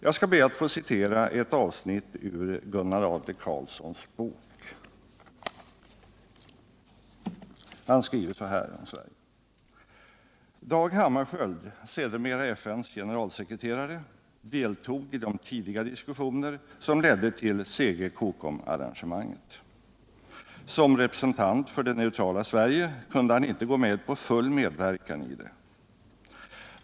Jag skall be att få citera ett avsnitt ur Gunnar Adler-Karlssons bok: ”Dag Hammarskjöld, sedermera FN:s generalsekreterare, deltog i de tidiga diskussioner som ledde till CG-Cocom-arrangemanget. Som representant för det neutrala Sverige kunde han inte gå med på full medverkan i det.